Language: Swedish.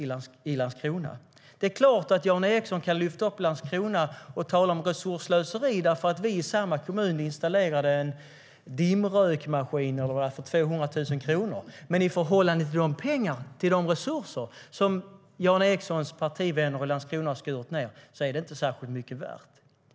Det är klart att Jan Ericson kan lyfta fram Landskrona och tala om resursslöseri därför att vi i samma kommun installerade en dimrökmaskin för 200 000 kronor. Men i förhållande till de resurser som Jan Ericsons partivänner i Landskrona skurit ned är det inte särskilt mycket värt.